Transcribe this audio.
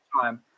time